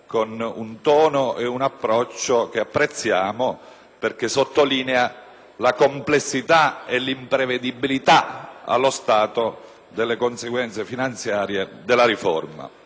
perché sottolinea la complessità e l'imprevedibilità allo stato delle conseguenze finanziarie della riforma. Il Servizio del bilancio del Senato, come sempre